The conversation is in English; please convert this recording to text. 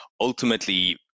ultimately